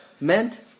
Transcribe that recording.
meant